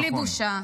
בלי בושה.